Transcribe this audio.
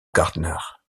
gardner